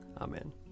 Amen